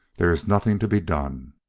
there is nothing to be done.